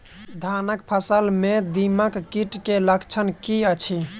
धानक फसल मे दीमक कीट केँ लक्षण की अछि?